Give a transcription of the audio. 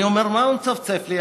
אני אומר: מה הוא מצפצף לי?